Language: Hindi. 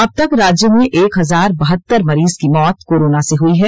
अब तक राज्य में एक हजार बहत्तर मरीज की मौत कोरोना से हुई हैं